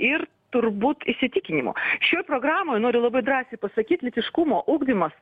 ir turbūt įsitikinimo šioj programoj noriu labai drąsiai pasakyt lytiškumo ugdymas